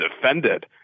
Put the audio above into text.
defended